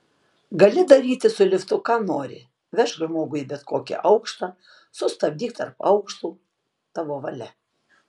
gali daryti su liftu ką nori vežk žmogų į bet kokį aukštą sustabdyk tarp aukštų tavo valia